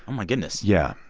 my goodness yeah.